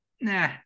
nah